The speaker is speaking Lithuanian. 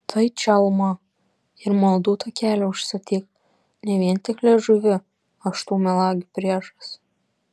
tai čalmą ir maldų takelį užstatyk ne vien tik liežuviu aš tų melagių priešas